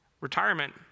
Retirement